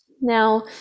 Now